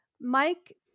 Mike